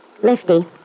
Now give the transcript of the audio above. Lifty